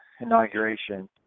inauguration